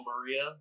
Maria